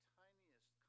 tiniest